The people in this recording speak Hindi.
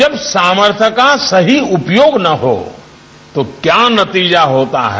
जब सामर्थ्य का सही उपयोग न हो तो क्या नतीजा होता है